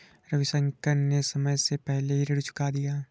रविशंकर ने समय से पहले ही ऋण चुका दिया